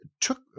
took